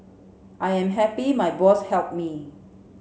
I am happy my boss helped me